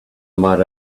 might